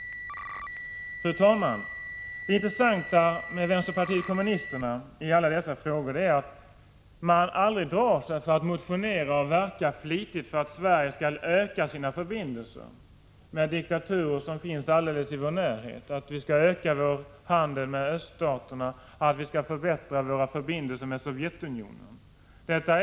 Fru talman! Det intressanta med vänsterpartiet kommunisterna i alla dessa frågor är att man aldrig drar sig för att motionera och verka flitigt för att Sverige skall öka sina förbindelser med diktaturer som finns i vår direkta närhet, för att vi skall öka vår handel med öststaterna och för att vi skall förbättra våra förbindelser med Sovjetunionen.